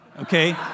okay